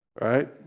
right